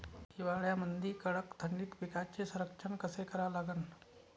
हिवाळ्यामंदी कडक थंडीत पिकाचे संरक्षण कसे करा लागन?